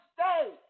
stay